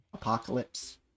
apocalypse